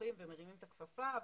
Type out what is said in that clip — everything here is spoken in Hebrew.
הולכים ומרימים את הכפפה,